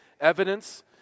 evidence